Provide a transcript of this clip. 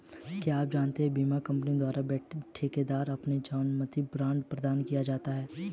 क्या आप जानते है बीमा कंपनी द्वारा ठेकेदार से ज़मानती बॉण्ड प्रदान किया जाता है?